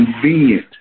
convenient